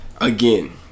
again